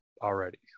Already